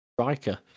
striker